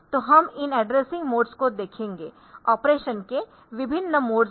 तो हम इन एड्रेसिंग मोड्स को देखेंगेऑपरेशन के विभिन्न मोड है